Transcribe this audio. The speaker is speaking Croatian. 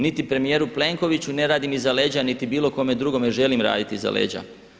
Niti premijeru Plenkoviću ne radim iza leđa niti bilo kome drugome želim raditi iza leđa.